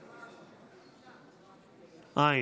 אין.